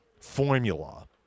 formula